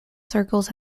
circles